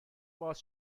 باز